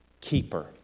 keeper